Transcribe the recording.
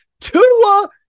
Tua